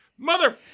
Mother